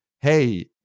hey